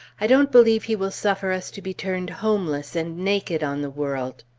i don't believe he will suffer us to be turned homeless and naked on the world!